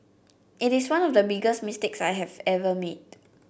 it is one of the biggest mistake I have ever made